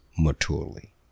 maturely